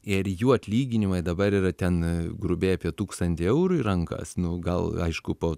ir jų atlyginimai dabar yra ten grubiai apie tūkstantį eurų į rankas nu gal aišku po